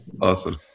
Awesome